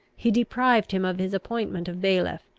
he deprived him of his appointment of bailiff,